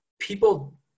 people